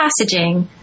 passaging